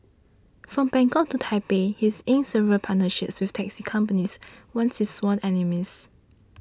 from Bangkok to Taipei he's inked several partnerships with taxi companies once its sworn enemies